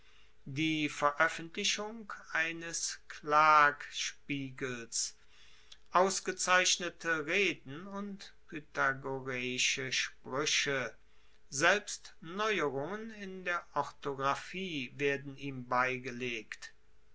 die veroeffentlichung eines klagspiegels aufgezeichnete reden und pythagoreische sprueche selbst neuerungen in der orthographie werden ihm beigelegt